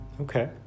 Okay